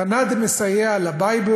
תנא דמסייע ל-Bible,